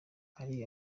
hari